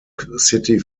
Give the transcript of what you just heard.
city